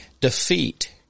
defeat